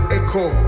echo